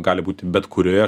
gali būti bet kurioje